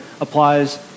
applies